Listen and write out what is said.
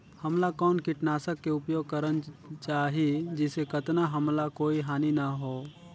हमला कौन किटनाशक के उपयोग करन चाही जिसे कतना हमला कोई हानि न हो?